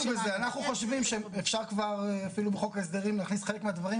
חושבים שאפשר כבר אפילו בחוק הסדרים להכניס חלק מהדברים,